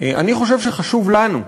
אני חושב שחשוב לנו,